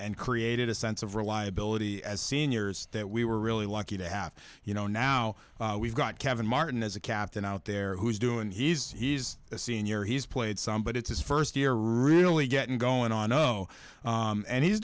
and created a sense of reliability as seniors that we were really lucky to have you know now we've got kevin martin as a captain out there who's doing he's he's a senior he's played some but it's his first year really getting going on oh and he's